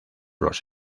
los